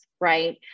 right